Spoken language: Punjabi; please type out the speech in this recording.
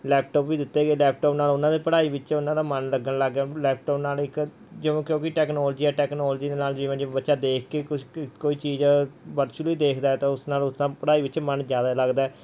ਲੈਪਟੋਪ ਵੀ ਦਿੱਤੇ ਗਏ ਲੈਪਟਾਪ ਨਾਲ ਉਹਨਾਂ ਦੇ ਪੜ੍ਹਾਈ ਵਿੱਚ ਉਹਨਾਂ ਦਾ ਮਨ ਲੱਗਣ ਲੱਗ ਗਿਆ ਲੈਪਟੋਪ ਨਾਲ ਇੱਕ ਜੋ ਕਿਉਂਕਿ ਟੈਕਨੋਲਜੀ ਆ ਟੈਕਨੋਲਜੀ ਦੇ ਨਾਲ ਜਿਵੇਂ ਜੀ ਬੱਚਾ ਦੇਖ ਕੇ ਕੁਛ ਕੋ ਕੋਈ ਚੀਜ਼ ਵਰਚੁਲੀ ਦੇਖਦਾ ਤਾਂ ਉਸ ਨਾਲ ਉਹ ਦਾ ਪੜ੍ਹਾਈ ਵਿੱਚ ਮਨ ਜ਼ਿਆਦਾ ਲੱਗਦਾ ਹੈ